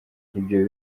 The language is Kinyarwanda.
ibyo